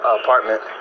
apartment